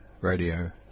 radio